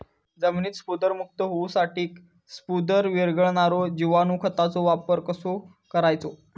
जमिनीतील स्फुदरमुक्त होऊसाठीक स्फुदर वीरघळनारो जिवाणू खताचो वापर कसो करायचो?